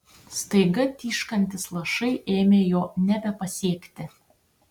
staiga tyškantys lašai ėmė jo nebepasiekti